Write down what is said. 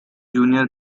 junior